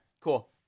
cool